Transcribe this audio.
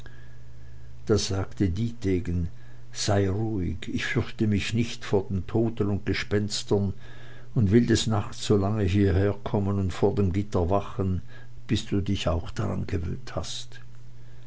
da sagte dietegen sei ruhig ich fürchte mich nicht vor den toten und gespenstern und will des nachts so lange hieher kommen und vor dem gitter wachen bis du dich auch daran gewöhnt hast